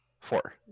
Four